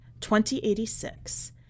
2086